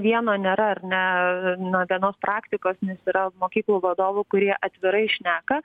vieno nėra ar ne na vienos praktikos nes yra mokyklų vadovų kurie atvirai šneka